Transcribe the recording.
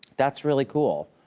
that's really cool.